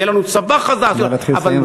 יהיה לנו צבא חזק נא להתחיל לסיים.